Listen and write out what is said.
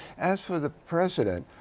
as for the president,